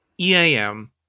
EAM